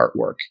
artwork